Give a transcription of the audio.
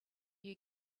you